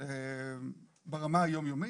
ברמה היומיומית,